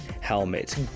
Helmet